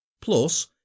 Plus